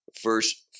Verse